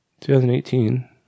2018